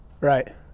right